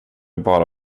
bara